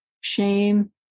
shame